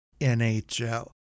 NHL